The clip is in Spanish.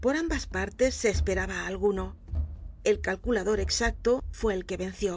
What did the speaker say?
por ambas partes se esperaba á alguno el calculador exacto fue el que venció